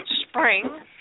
spring